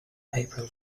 april